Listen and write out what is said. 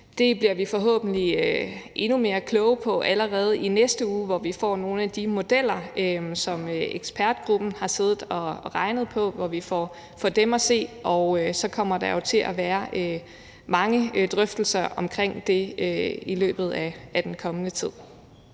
Det bliver vi forhåbentlig endnu mere kloge på allerede i næste uge, hvor vi får nogle af de modeller at se, som ekspertgruppen har siddet og regnet på, og så kommer der jo til at være mange drøftelser omkring det i løbet af den kommende tid.